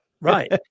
right